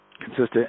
consistent